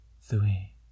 three